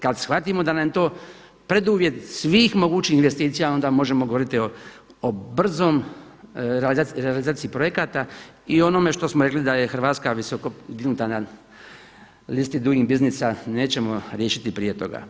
Kada shvatimo da nam je to preduvjet svih mogućih investicija onda možemo govoriti o brzom, realizaciji projekta i onome što smo rekli da je Hrvatska visoko dignuta na listi Doing Businessa, nećemo riješiti prije toga.